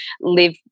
live